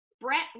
Brett